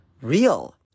real